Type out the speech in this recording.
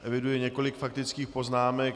Eviduji několik faktických poznámek.